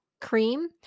Cream